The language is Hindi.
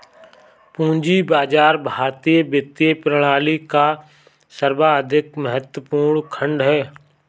पूंजी बाजार भारतीय वित्तीय प्रणाली का सर्वाधिक महत्वपूर्ण खण्ड है